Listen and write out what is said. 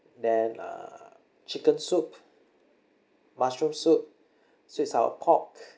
then uh chicken soup mushroom soup sweet sour pork